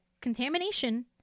contamination